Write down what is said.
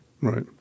Right